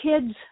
kids